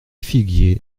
figuier